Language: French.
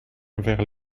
vers